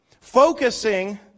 focusing